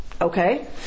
okay